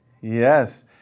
Yes